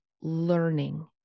learning